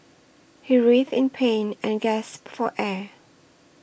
he writhed in pain and gasped for air